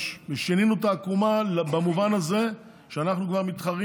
ושינינו את העקומה במובן הזה שאנחנו כבר מתחרים